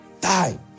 die